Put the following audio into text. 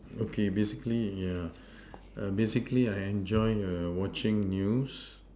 okay basically basically I enjoy watching news